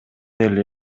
эле